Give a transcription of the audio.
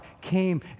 came